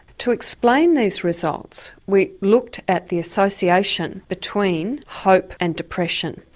to explain these results, we looked at the association between hope and depression,